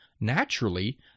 naturally